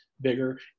bigger